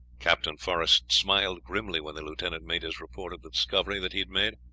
captain forest smiled grimly when the lieutenant made his report of the discovery that he had made.